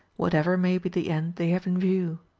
whatever may be the end they have in view.